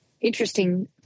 interesting